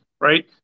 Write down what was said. Right